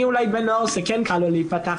אני אולי בן נוער שכן קל לו להיפתח,